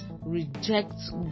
rejects